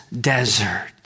desert